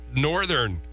northern